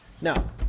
Now